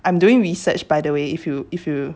I'm doing research by the way if you if you